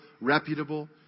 reputable